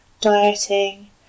dieting